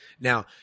Now